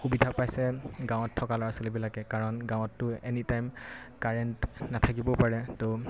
সুবিধা পাইছে গাঁৱত থকা ল'ৰা ছোৱালীবিলাকে কাৰণ গাঁৱততো এনি টাইম কাৰেণ্ট নাথাকিবও পাৰে ত'